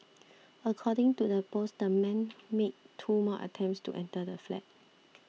according to the post the man made two more attempts to enter the flat